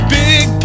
big